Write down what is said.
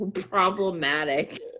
problematic